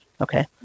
okay